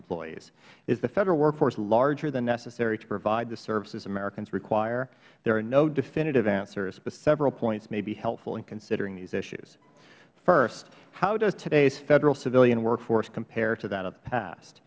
employees is the federal workforce larger than necessary to provide the services americans require there are no definitive answers but several points may be helpful in considering these issues first how does today's federal civilian workforce compare to that